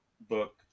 book